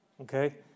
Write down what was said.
okay